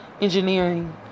engineering